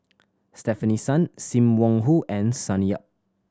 Stefanie Sun Sim Wong Hoo and Sonny Yap